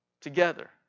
Together